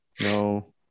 No